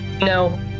No